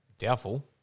doubtful